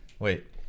Wait